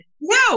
No